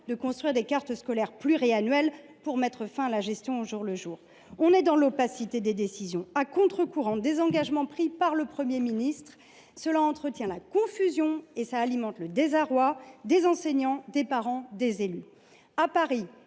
de construire des cartes scolaires pluriannuelles pour mettre fin à la gestion au jour le jour. Ces décisions prises dans l’opacité, à contre courant des engagements du Premier ministre, entretiennent la confusion et alimentent le désarroi des enseignants, des parents et des élus. À Paris